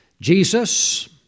Jesus